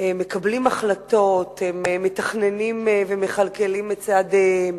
מקבלים החלטות, מתכננים ומכלכלים את צעדיהם,